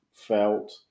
felt